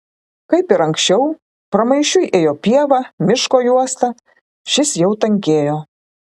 kaip ir anksčiau pramaišiui ėjo pieva miško juosta šis jau tankėjo